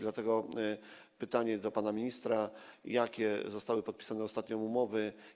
Dlatego mam pytanie do pana ministra: Jakie zostały podpisane ostatnio umowy?